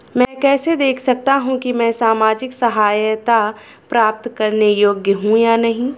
मैं कैसे देख सकता हूं कि मैं सामाजिक सहायता प्राप्त करने योग्य हूं या नहीं?